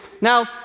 Now